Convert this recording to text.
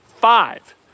Five